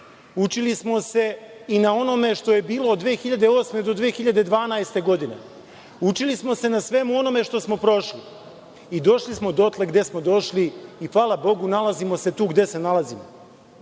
Učili smo se i na onome što je bilo od 2008. do 2012. godine. Učili smo se na svemu onome što smo prošli i došli smo dotle gde smo došli i hvala Bogu nalazimo se gde se nalazimo. Kada